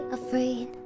afraid